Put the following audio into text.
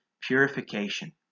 purification